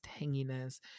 tanginess